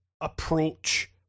approach